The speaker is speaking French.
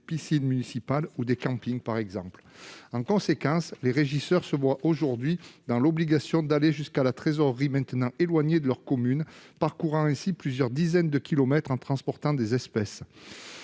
des piscines municipales ou des campings, par exemple. En conséquence, les régisseurs sont dans l'obligation d'aller jusqu'à une trésorerie désormais éloignée de leur commune. Ils parcourent ainsi plusieurs dizaines de kilomètres en transportant des espèces.